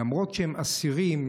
למרות שהם אסירים,